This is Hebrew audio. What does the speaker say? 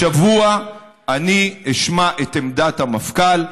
השבוע אני אשמע את עמדת המפכ"ל,